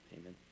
amen